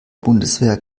bundeswehr